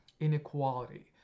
inequality